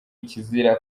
ikizira